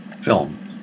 film